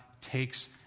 takes